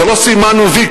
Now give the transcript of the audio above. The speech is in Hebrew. זה לא שסימנו "וי",